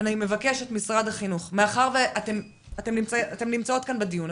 אני מבקשת ממשרד החינוך אתן נמצאות כאן בדיון,